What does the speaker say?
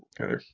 okay